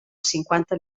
cinquanta